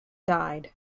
died